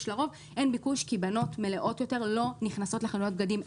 למידות האלה אין ביקוש כי בנות מלאות יותר לא נכנסות לחנות בגדים.